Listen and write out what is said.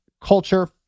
culture